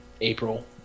April